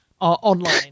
online